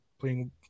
playing